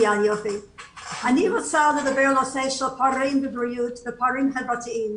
אני רוצה לדבר על הפערים בבריאות ופערים חברתיים.